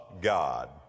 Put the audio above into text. God